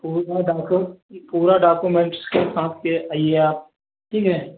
पूरा डाकू पूरा डाक्यूमेंट्स आपके आइए आप ठीक है